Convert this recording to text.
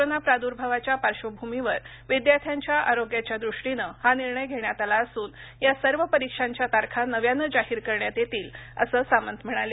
corona प्रादुर्भावाच्या पार्श्वभूमीवर विद्यार्थ्यांच्या आरोग्याच्या दृष्टीने हा निर्णय घेण्यात आला असून या सर्व परीक्षांच्या तारखा नव्याने जाहीर करण्यात येतील असं सामंत म्हणाले